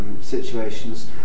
situations